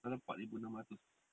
tak salah empat ribu enam ratus